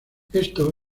esto